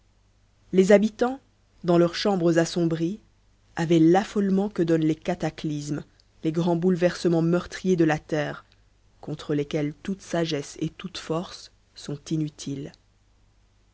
les habitants dans leurs chambres assombries avaient l'affolement que donnent les cataclysmes les grands bouleversements meurtriers de la terre contre lesquels toute sagesse et toute force sont inutiles